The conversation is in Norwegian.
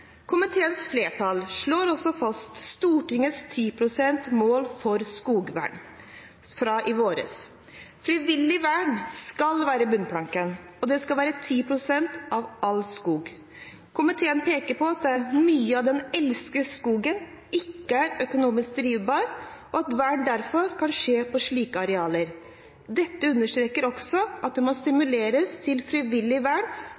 Komiteens flertall slår også fast Stortingets 10 pst.-mål for skogvern fra i vår. Frivillig vern skal være bunnplanken, og det skal være 10 pst. av all skog. Komiteen peker på at mye av den eldste skogen ikke er økonomisk drivbar, og at vern derfor kan skje på slike arealer. Det understrekes også at det må stimuleres til frivillig vern